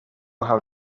how